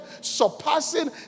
surpassing